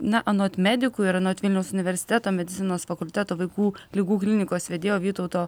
na anot medikų ir anot vilniaus universiteto medicinos fakulteto vaikų ligų klinikos vedėjo vytauto